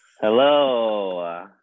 Hello